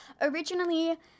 originally